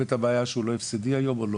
את הבעיה שהוא לא הפסדי היום או לא?